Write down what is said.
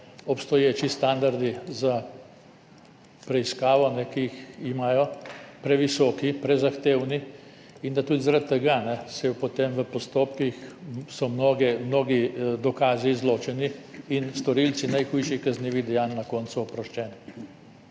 obstoječi standardi za preiskavo, ki jih imajo, previsoki, prezahtevni in da so tudi zaradi tega potem v postopkih mnogi dokazi izločeni in storilci najhujših kaznivih dejanj na koncu oproščeni.